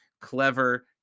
clever